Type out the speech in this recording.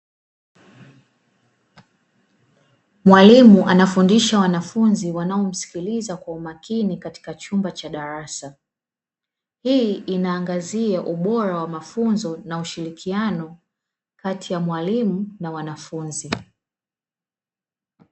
Mwalimu anafundisha wanafunzi wanaomsikiliza kwa umakini, katika chumba cha darasa. Hii inaangazia ubora wa mafunzo na ushirikiano, kati ya mwalimu na mwanafunzi.